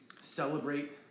celebrate